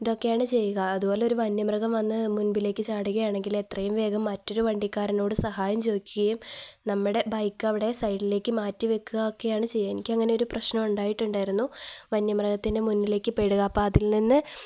ഇതൊക്കെയാണ് ചെയ്യുക അതുപോലെ ഒരു വന്യമൃഗം വന്നു മുന്പിലേക്കു ചാടുകയാണെങ്കിൽ എത്രയും വേഗം മറ്റൊരു വണ്ടിക്കാരനോടു സഹായം ചോദിക്കുകയും നമ്മുടെ ബൈക്ക് അവിടെ സൈഡിലേക്കു മാറ്റി വയ്ക്കുകയൊക്കെയാണു ചെയ്യുക എനിക്കങ്ങനെ ഒരു പ്രശ്നം ഉണ്ടായിട്ടുണ്ടായിരുന്നു വന്യമൃഗത്തിൻ്റെ മുന്നിലേക്കു പെടുക അപ്പോള് അതിൽ നിന്ന്